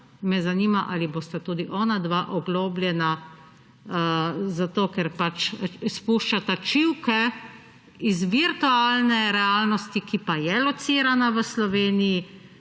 Zanima me, ali boste tudi onadva oglobljena, zato ker pač spuščata čivke iz virtualne realnosti, ki pa je locirana v Sloveniji,